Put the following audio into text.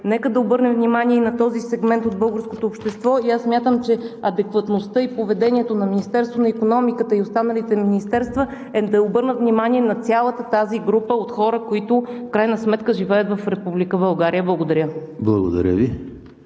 Нека да обърнем внимание и на този сегмент от българското общество и аз смятам, че адекватността и поведението на Министерството на икономиката и останалите министерства е да обърнат внимание на цялата тази група от хора, които в крайна сметка живеят в Република България. Благодаря. ПРЕДСЕДАТЕЛ